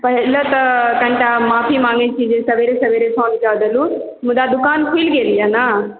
पहिले तऽ कनिटा माफ़ी माँगै छी जे सवेरे सवेरे फ़ोन कऽ देलहुॅं मुदा दुकान खूलि गेल यऽ ने